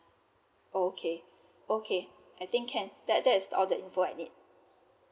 oh okay okay I think can that that is all the info I need